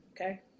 okay